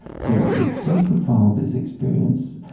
so it's so profound, this experience,